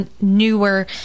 newer